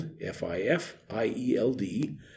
F-I-F-I-E-L-D